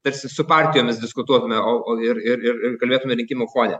tarsi su partijomis diskutuotume o o ir ir ir kalbėtume rinkimų fone